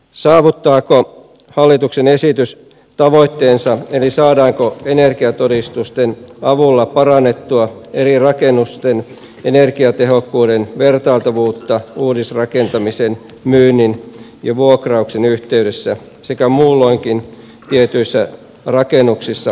saavuttaako hallituksen esitys tavoitteensa eli saadaanko energiatodistusten avulla parannettua eri rakennusten energiatehokkuuden vertailtavuutta uudisrakentamisen myynnin ja vuokrauksen yhteydessä sekä muulloinkin tietyissä rakennuksissa joissa käy yleisöä